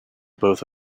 both